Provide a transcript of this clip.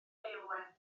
heulwen